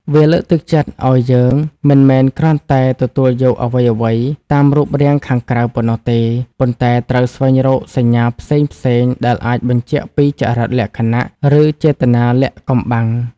វាលើកទឹកចិត្តឲ្យយើងមិនមែនគ្រាន់តែទទួលយកអ្វីៗតាមរូបរាងខាងក្រៅប៉ុណ្ណោះទេ ប៉ុន្តែត្រូវស្វែងរកសញ្ញាផ្សេងៗដែលអាចបញ្ជាក់ពីចរិតលក្ខណៈ ឬចេតនាលាក់កំបាំង។